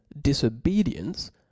disobedience